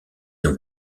ont